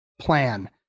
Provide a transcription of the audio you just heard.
plan